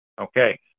Okay